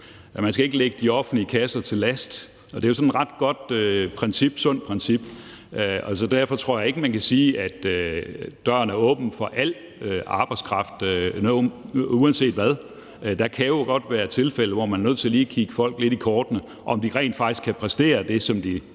Man skal ikke lægge de offentlige kasser til last, og det er jo sådan et ret godt princip, et sundt princip. Altså, jeg tror ikke, man kan sige, at døren derfor er åben for al arbejdskraft uanset hvad. Der kan jo godt være tilfælde, hvor man er nødt til at kigge folk lidt i kortene og se, om de rent faktisk kan præstere det, som de